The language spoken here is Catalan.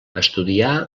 estudià